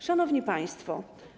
Szanowni Państwo!